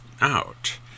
out